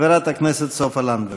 חברת הכנסת סופה לנדבר.